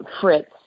Fritz